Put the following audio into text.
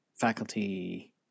faculty